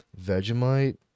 Vegemite